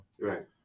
Right